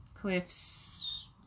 Cliffs